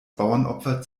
bauernopfer